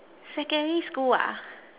secondary school ah